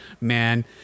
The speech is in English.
Man